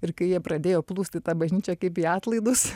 ir kai jie pradėjo plūst į tą bažnyčią kaip į atlaidus